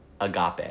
agape